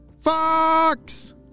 Fox